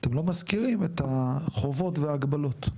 אתם לא מזכירים את החובות וההגבלות?